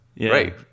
Right